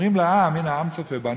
אומרים לעם, הנה, העם צופה בנו,